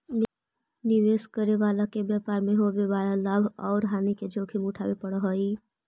निवेश करे वाला के व्यापार मैं होवे वाला लाभ औउर हानि के जोखिम उठावे पड़ऽ हई